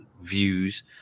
views